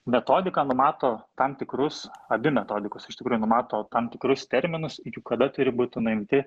metodika numato tam tikrus abi metodikos iš tikrųjų numato tam tikrus terminus kada turi būt nuimti